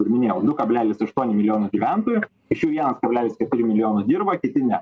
kur minėjau du kablelis aštuoni milijono gyventojų iš jų vienas kablelis keturi milijono dirba kiti ne